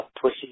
pussy